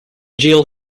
jail